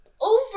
Over